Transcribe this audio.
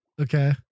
Okay